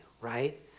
right